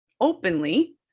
openly